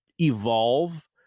evolve